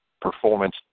performance